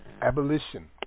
Abolition